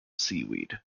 seaweed